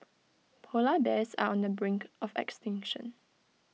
Polar Bears are on the brink of extinction